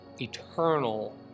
eternal